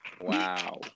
Wow